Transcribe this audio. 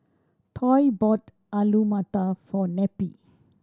Toy bought Alu Matar for Neppie